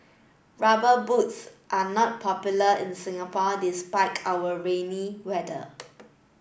rubber boots are not popular in Singapore despite our rainy weather